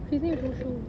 his name is mushu